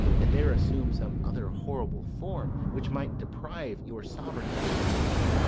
and there assume some other horrible form which might deprive your sovereignty of reason,